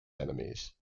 enemies